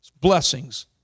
blessings